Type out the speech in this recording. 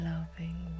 Loving